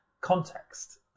context